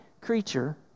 creature